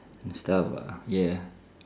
ah yeah